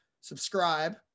subscribe